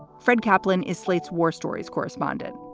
fred kaplan is slate's war stories correspondent.